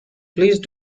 please